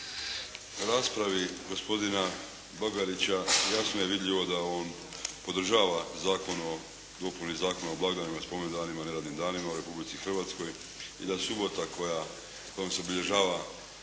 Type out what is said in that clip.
u raspravi gospodina Bagarića jasno je vidljivo da on podržava Zakon o dopuni Zakona o blagdanima, spomendanima, neradnim danima u Republici Hrvatskoj i da subota kojom se obilježava